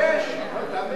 תתבייש לך.